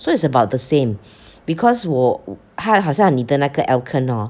so it's about the same because 我它好像你的 alkun hor